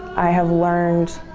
i have learned